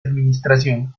administración